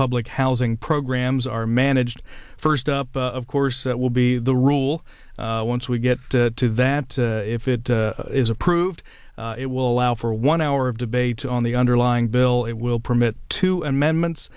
public housing programs are managed first up of course that will be the rule once we get to that if it is approved it will allow for one hour of debate on the underlying bill it will permit two amendments